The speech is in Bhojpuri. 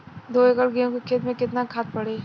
दो एकड़ गेहूँ के खेत मे केतना खाद पड़ी?